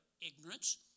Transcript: ignorance